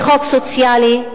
בחוק סוציאלי,